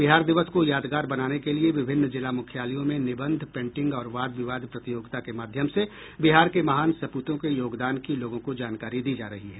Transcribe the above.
बिहार दिवस को यादगार बनाने के लिए विभिन्न जिला मुख्यालयों में निबंध पेंटिंग और वाद विवाद प्रतियोगिता के माध्यम से बिहार के महान सप्रतों के योगदान की लोगों को जानकारी दी जा रही है